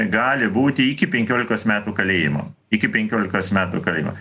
gali būti iki penkiolikos metų kalėjimo iki penkiolikos metų kalėjimo